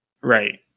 Right